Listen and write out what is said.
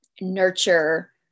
nurture